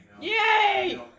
Yay